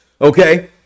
Okay